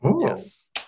Yes